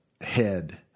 head